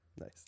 Nice